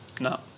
No